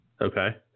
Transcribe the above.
Okay